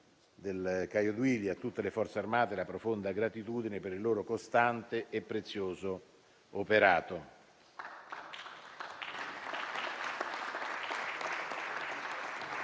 del Caio Duilio e a tutte le Forze armate la profonda gratitudine per il loro costante e prezioso operato.